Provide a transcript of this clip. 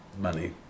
money